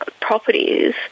properties